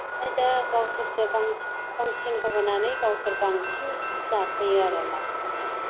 दा गावसोरसो खमसिन होबोनानै गावसोर बांसिन जाफैयो आरो लापखौहाय